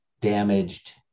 damaged